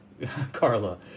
Carla